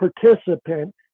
participant